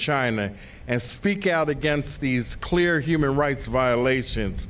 china and speak out against these clear human rights violations